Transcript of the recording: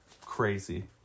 crazy